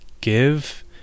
give